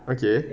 okay